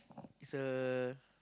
is a